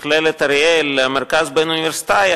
מכללת אריאל למרכז בין-אוניברסיטאי,